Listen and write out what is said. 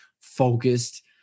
focused